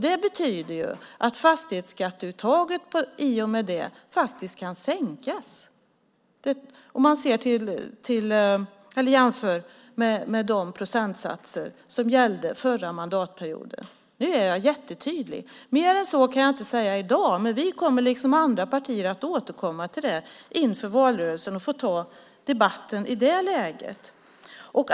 Det betyder ju att fastighetsskatteuttaget i och med det faktiskt kan sänkas om man jämför med de procentsatser som gällde förra mandatperioden. Nu är jag jättetydlig. Mer än så kan jag inte säga i dag, men vi kommer liksom andra partier att återkomma till det inför valrörelsen och ta debatten i det läget.